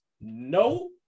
no